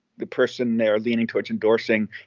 the person they're leaning towards endorsing,